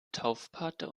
taufpate